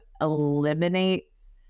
eliminates